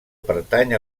pertany